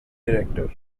director